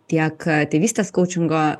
tiek tėvystės kaučingo